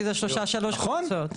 כי זה שלוש קבוצות.